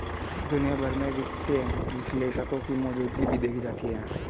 दुनिया भर में वित्तीय विश्लेषकों की मौजूदगी भी देखी जाती है